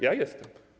Ja jestem.